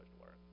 work